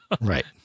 Right